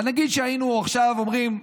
אבל נגיד שהיינו עכשיו אומרים: